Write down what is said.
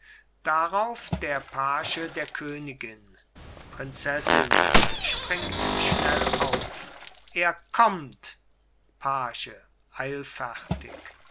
darauf der page der königin prinzessin springt schnell auf er kommt page eilfertig